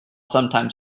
sometimes